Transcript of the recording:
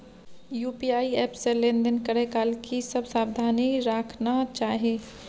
UPI app से लेन देन करै काल की सब सावधानी राखना चाही?